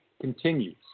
continues